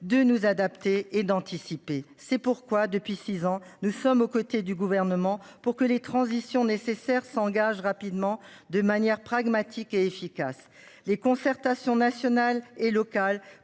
de nous adapter et d'anticiper, c'est pourquoi depuis 6 ans. Nous sommes aux côtés du gouvernement pour que les transitions nécessaires s'engage rapidement de manière pragmatique et efficace, les concertations nationales et locales